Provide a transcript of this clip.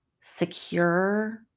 secure